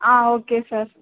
okay sir